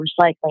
recycling